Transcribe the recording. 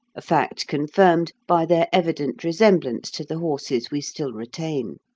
a fact confirmed by their evident resemblance to the horses we still retain.